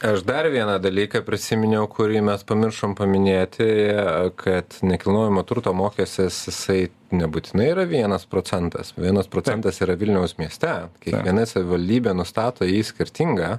aš dar vieną dalyką prisiminiau kurį mes pamiršom paminėti kad nekilnojamo turto mokestis isai nebūtinai yra vienas procentas vienas procentas yra vilniaus mieste kiekviena savivaldybė nustato jį skirtingą